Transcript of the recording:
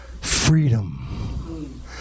Freedom